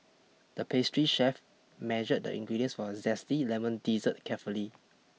the pastry chef measured the ingredients for a zesty lemon dessert carefully